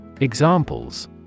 Examples